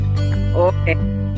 Okay